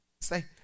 say